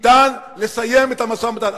ניתן לסיים את המשא-ומתן.